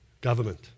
government